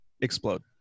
explode